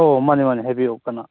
ꯑꯣ ꯃꯥꯅꯦ ꯃꯥꯅꯦ ꯍꯥꯏꯕꯤꯌꯣ ꯀꯅꯥ